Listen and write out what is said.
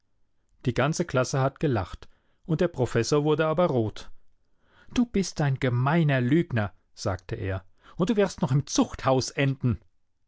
die ganze klasse hat gelacht und der professor wurde aber rot du bist ein gemeiner lügner sagte er und du wirst noch im zuchthaus enden